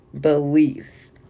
beliefs